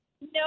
No